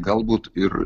galbūt ir